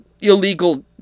illegal